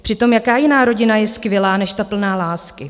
Přitom jaká jiná rodina je skvělá, než ta plná lásky?